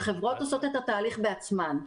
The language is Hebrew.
וחברות עושות את התהליך בעצמן.